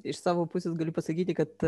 iš savo pusės galiu pasakyti kad